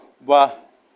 ৱাহ